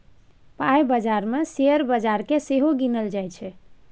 पाइ बजार मे शेयर बजार केँ सेहो गिनल जाइ छै